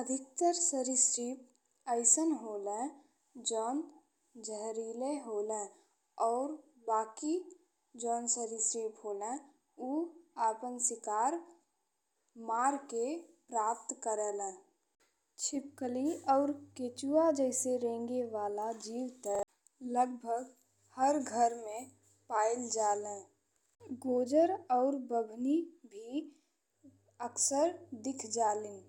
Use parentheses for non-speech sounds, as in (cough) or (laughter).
अधिकतर सरिसृप अइसन होले जौन जहरीले होले और बाकी जौन सरिसृप होले ऊ आपन शिकार (hesitation) मार के प्राप्त करेलें। (noise) छिपकली और केचुआ जैसे रेंगने वाला जीव ते (noise) लगभग हर घर में पाइब जाले। (hesitation) गोजर और बाभनी भी अक्सर दिख जालन।